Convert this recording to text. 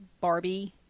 Barbie